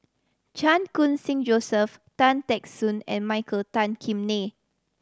Chan Khun Sing Joseph Tan Teck Soon and Michael Tan Kim Nei